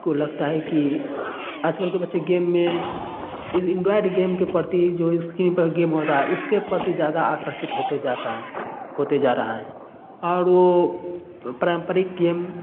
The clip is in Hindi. को लगता है कि आज कल के बच्चे गेम में इस एंड्राइड गेम के प्रति जो स्क्रीन पर गेम होता है उसके प्रति ज्यादा आकर्षित होते जाता है होते जा रहा है और वो पारम्परिक गेम